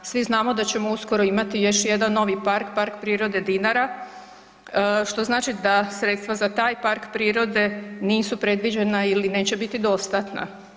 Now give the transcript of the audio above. Svi znamo da ćemo uskoro imati još jedan novi park, park prirode Dinara što znači da sredstva za taj park prirode nisu predviđena ili neće biti dostatna.